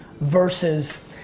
versus